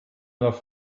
nach